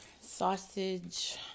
sausage